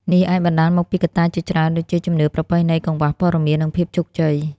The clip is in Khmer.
នេះអាចបណ្តាលមកពីកត្តាជាច្រើនដូចជា ជំនឿប្រពៃណី កង្វះព័ត៌មាន និងភាពជោគជ័យ។